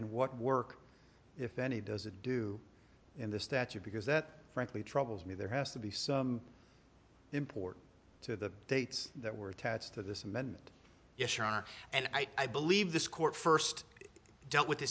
and what work if any does it do in this that you because that frankly troubles me there has to be some importance to the dates that were attached to this amendment and i believe this court first dealt with